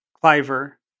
Cliver